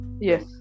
Yes